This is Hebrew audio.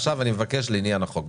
עכשיו אני מבקש לעניין החוק.